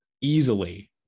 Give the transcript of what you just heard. easily